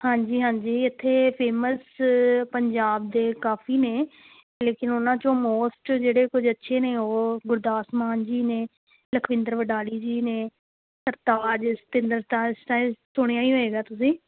ਹਾਂਜੀ ਹਾਂਜੀ ਇੱਥੇ ਫੇਮਸ ਪੰਜਾਬ ਦੇ ਕਾਫ਼ੀ ਨੇ ਲੇਕਿਨ ਉਹਨਾਂ ਚੋਂ ਮੋਸਟ ਜਿਹੜੇ ਕੁਝ ਅੱਛੇ ਨੇ ਉਹ ਗੁਰਦਾਸ ਮਾਨ ਜੀ ਨੇ ਲਖਵਿੰਦਰ ਵਡਾਲੀ ਜੀ ਨੇ ਸਰਤਾਜ ਸਤਿੰਦਰ ਸਰਤਾਜ ਸੁਣਿਆ ਹੀ ਹੋਏਗਾ ਤੁਸੀਂ